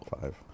five